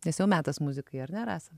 nes jau metas muzikai ar ne rasa